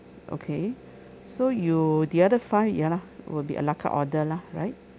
okay so you the other five ya lah will be ala carte order lah right